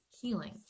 healing